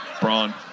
Braun